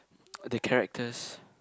the characters